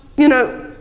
you know,